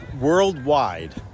worldwide